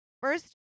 first